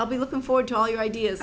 i'll be looking forward to all your ideas